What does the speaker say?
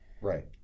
right